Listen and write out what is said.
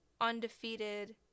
undefeated